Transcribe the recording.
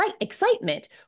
excitement